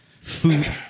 food